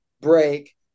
break